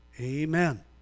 Amen